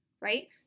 right